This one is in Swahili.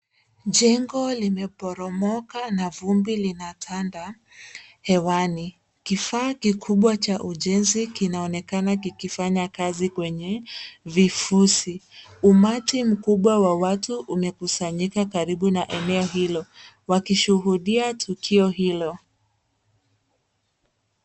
Jengo limeporomoka na vumbi linatanda hewani. Kifaa kikubwa cha ujenzi kinaonekana kikifanya kazi kwenye vifusi. Umati mkubwa wa watu umekusanyika karibu na eneo hilo wakishuhudia tukio hilo.